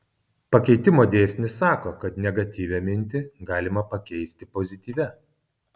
pakeitimo dėsnis sako kad negatyvią mintį galima pakeisti pozityvia